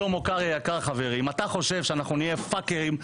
שלמה קרעי: אם אתה חושב שאנחנו נהיה "פאקרים",